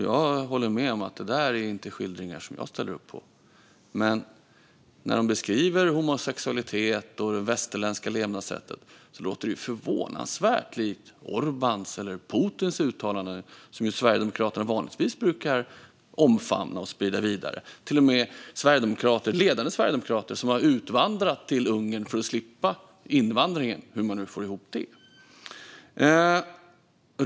Jag håller med om att det inte är skildringar som jag ställer mig bakom. Men när de beskriver homosexualitet och det västerländska levnadssättet låter det förvånansvärt likt Orbáns eller Putins uttalanden som Sverigedemokraterna vanligtvis brukar omfamna och sprida vidare. Det finns till och med ledande sverigedemokrater som har utvandrat till Ungern för att slippa invandringen - hur de nu får ihop det.